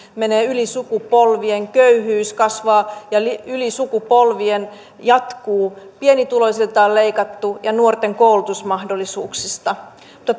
menee yli sukupolvien köyhyys kasvaa ja jatkuu yli sukupolvien pienituloisilta on leikattu ja nuorten koulutusmahdollisuuksista mutta